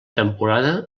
temporada